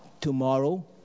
Tomorrow